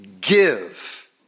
give